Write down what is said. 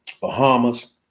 Bahamas